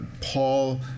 Paul